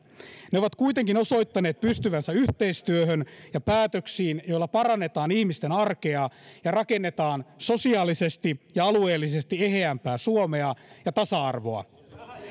ne ovat kuitenkin osoittaneet pystyvänsä yhteistyöhön ja päätöksiin joilla parannetaan ihmisten arkea ja rakennetaan sosiaalisesti ja alueellisesti eheämpää suomea ja tasa arvoa